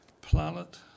planet